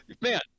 man